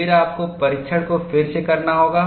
फिर आपको परीक्षण को फिर से करना होगा